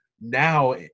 now